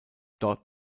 dort